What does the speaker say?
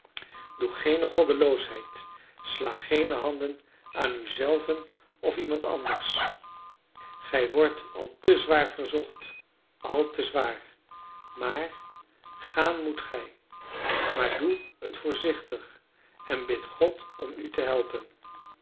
doe geene goddeloosheid sla geene handen aan u zelven of iemand anders gij wordt al te zwaar verzocht al te zwaar maar gaan moet gij maar doe het voorzichtig en bid god om u te helpen